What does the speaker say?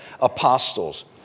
apostles